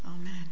Amen